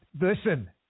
Listen